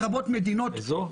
איזו?